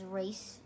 race